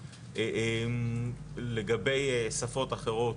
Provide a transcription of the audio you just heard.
אבל לגבי שפות אחרות